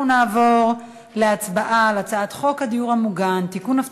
אנחנו נעבור להצבעה על הצעת חוק הדיור המוגן (תיקון,